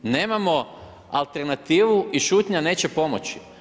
Nemamo alternativu i šutnja neće pomoći.